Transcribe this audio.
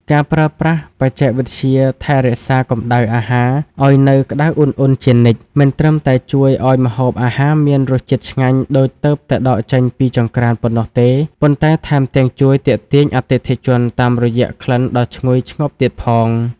ការប្រើប្រាស់បច្ចេកវិទ្យាថែរក្សាកម្ដៅអាហារឱ្យនៅក្ដៅអ៊ុនៗជានិច្ច មិនត្រឹមតែជួយឱ្យម្ហូបអាហារមានរសជាតិឆ្ងាញ់ដូចទើបតែដកចេញពីចង្រ្កានប៉ុណ្ណោះទេ ប៉ុន្តែថែមទាំងជួយទាក់ទាញអតិថិជនតាមរយៈក្លិនដ៏ឈ្ងុយឈ្ងប់ទៀតផង។